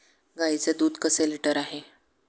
गाईचे दूध कसे लिटर आहे?